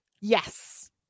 Yes